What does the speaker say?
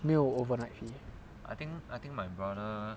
没有 overnight